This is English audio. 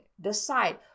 Decide